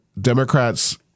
Democrats